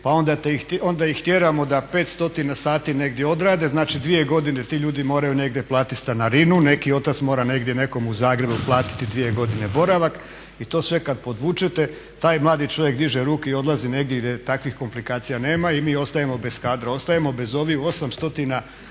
pa onda ih tjeramo da 500 sati negdje odrade. Znači dvije godine ti ljudi moraju negdje platit stanarinu, neki otac mora negdje nekom u Zagrebu platiti dvije godine boravak i to sve kad podvučete taj mladi čovjek diže ruke i odlazi negdje gdje takvih komplikacija nema i mi ostajemo bez kadra, ostajemo bez ovih 800